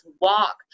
walk